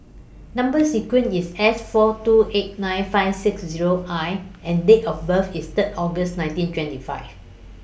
Number sequence IS S four two eight nine five six Zero I and Date of birth IS three August nineteen twenty five